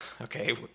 Okay